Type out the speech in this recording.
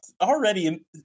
already